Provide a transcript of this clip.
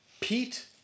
Pete